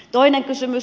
toinen kysymys